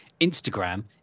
Instagram